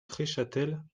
treschâtel